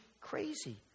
crazy